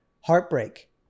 Heartbreak